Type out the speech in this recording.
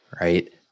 Right